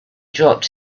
dropped